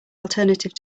alternative